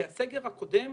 כי הסגר הקודם,